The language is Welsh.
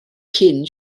cyn